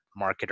marketer